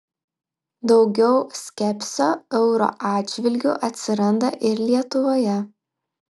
daugiau skepsio euro atžvilgiu atsiranda ir lietuvoje